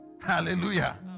hallelujah